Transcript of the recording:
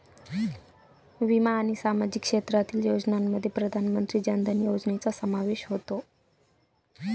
विमा आणि सामाजिक क्षेत्रातील योजनांमध्ये प्रधानमंत्री जन धन योजनेचा समावेश होतो